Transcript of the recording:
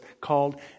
called